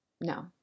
No